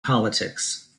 politics